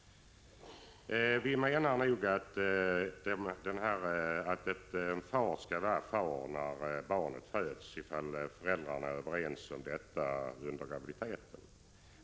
Vi menar nog att en far skall vara en far när barnet föds, ifall föräldrarna är överens om detta vid graviditeten.